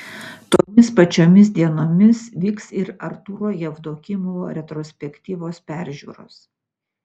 tomis pačiomis dienomis vyks ir artūro jevdokimovo retrospektyvos peržiūros